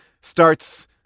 starts